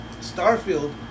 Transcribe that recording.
Starfield